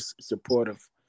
supportive